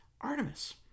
Artemis